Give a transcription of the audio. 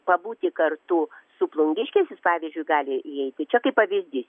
pabūti kartu su plungiškiais jis pavyzdžiui gali įeiti čia kaip pavyzdys